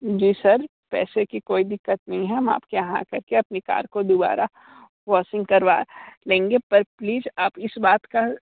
जी sir पैसे की कोई दिक्कत नहीं है हम आपके यहाँ आ करके अपने कार को दुबारा वॉशिंग करवा लेंगे पर प्लीज़ आप इस बात का